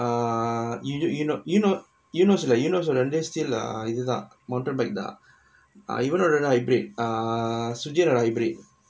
err you you know you know eunos இல்ல:illa eunos ஓட வந்து:oda vanthu still இதுதா:ithuthaa motorbike தா இவனோட தா:thaa ivanoda thaa hybrid err sujen னோட:noda hybrid